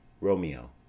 ROMEO